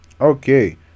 Okay